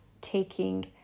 taking